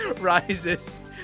rises